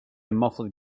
muffled